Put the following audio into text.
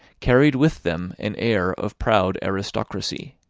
carried with them an air of proud aristocracy.